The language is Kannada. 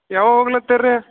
ಯಾವಾಗ ಹೋಗ್ಲತ್ತೀರ್ರೀ